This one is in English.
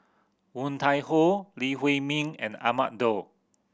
Woon Tai Ho Lee Huei Min and Ahmad Daud